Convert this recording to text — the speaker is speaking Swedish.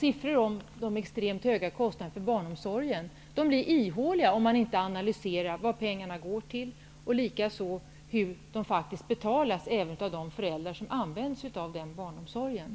Siffrorna för de extremt höga kostnaderna i barnomsorgen blir ihåliga om man inte analyserar vad pengarna går till och hur barn omsorgen betalas av föräldrarna.